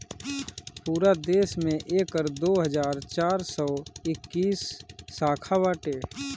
पूरा देस में एकर दो हज़ार चार सौ इक्कीस शाखा बाटे